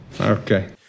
Okay